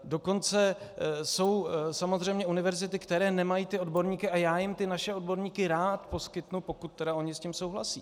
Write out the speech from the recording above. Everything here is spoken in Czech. Dokonce jsou samozřejmě univerzity, které nemají ty odborníky, a já jim ty naše odborníky rád poskytnu, pokud tedy oni s tím souhlasí.